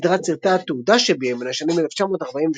סדרת סרטי התעודה שביים בין השנים 1943–1945